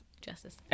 Justice